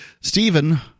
Stephen